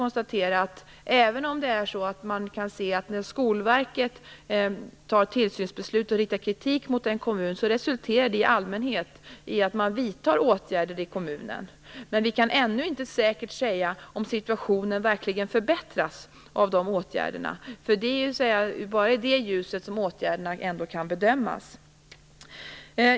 När Skolverket riktar kritik mot en kommun resulterar det i allmänhet i att kommunen vidtar åtgärder, men vi kan ännu inte säkert säga om situationen verkligen förbättras av de åtgärderna, och det är ju ändå bara i det ljuset som åtgärderna kan bedömas.